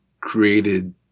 created